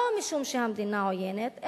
לא משום שהמדינה עוינת,